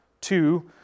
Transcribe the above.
two